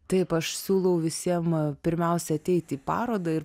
taip aš siūlau visiem pirmiausia ateiti į parodą ir